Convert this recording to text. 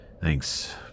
thanks